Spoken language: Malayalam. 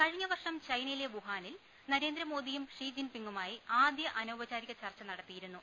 കഴിഞ്ഞ വർഷം ചൈനയിലെ വുഹാനിൽ നരേന്ദ്രമോദിയും ഷി ജിൻ പിങ്ങുമായി ആദ്യ അനൌപചാരിക ചർച്ച നടത്തിയിരു ന്നു